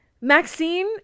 Maxine